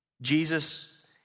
Jesus